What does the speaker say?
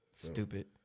Stupid